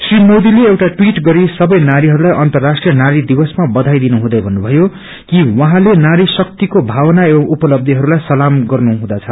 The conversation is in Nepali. श्री मोदीले एउटा टवीट गरी संबै नारीहरूलाई अन्तराष्ट्रिय नारी दिवसमा बधाई दिनुहुँदै भन्नुभयो कि उहाँले नारी शक्तिको भावना एवं उपलब्धीहरूलाई सलाम गर्नु हुँदछ